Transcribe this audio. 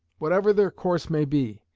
whatever their course may be,